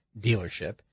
dealership